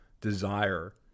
desire